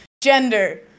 gender